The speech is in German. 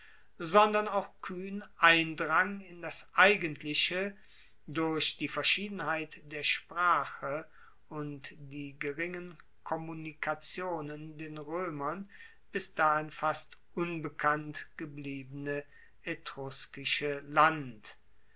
sondern auch kuehn eindrang in das eigentliche durch die verschiedenheit der sprache und die geringen kommunikationen den roemern bis dahin fast unbekannt gebliebene etruskische land